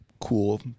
cool